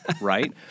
right